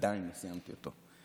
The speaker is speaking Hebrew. עדיין לא סיימתי אותו.